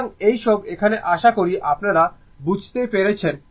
সুতরাং এই সব এখানে আশা করি আপনারা বুঝতে পেরেছেন